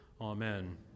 Amen